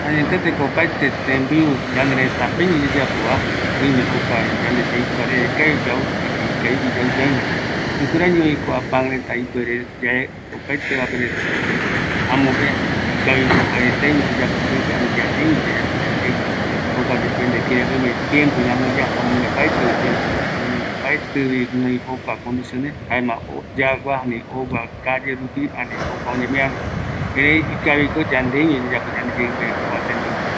Añeteko yau tembiu yaikuareve kavi, yau ñanereta peguaï, yaesa yaikuareveva kavi yau, jukuraiko oyeapo yave pan reta ñaneretapeï oyeapova, öime tiempo ñanoïrupi, mbaetiyave yagua yandeyeɨpe oñemearupi, erei ikaviñoï yande yayapo yande yeɨpe